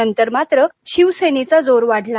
नंतर मात्र शिवसेनेचा जोर वाढला